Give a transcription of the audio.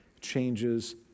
changes